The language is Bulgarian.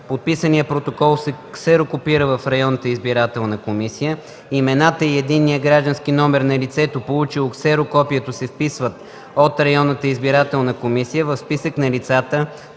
Подписаният протокол се ксерокопира в районната избирателна комисия. Имената и единният граждански номер на лицето, получило ксерокопието се вписват от районната избирателна комисия в списък на лицата,